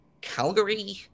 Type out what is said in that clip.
Calgary